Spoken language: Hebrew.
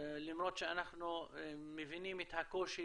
למרות שאנחנו מבינים את הקושי